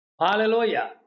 Hallelujah